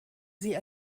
sie